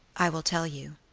i will tell you.